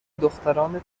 دختران